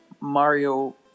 Mario